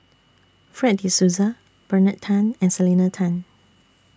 Fred De Souza Bernard Tan and Selena Tan